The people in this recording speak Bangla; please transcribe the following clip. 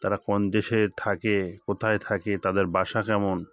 তারা কোন দেশে থাকে কোথায় থাকে তাদের বাসা কেমন